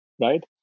right